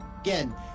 again